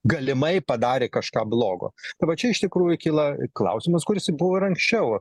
galimai padarė kažką blogo tai va čia iš tikrųjų kyla klausimas kuris buvo ir anksčiau